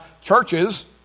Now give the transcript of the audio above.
churches